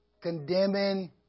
condemning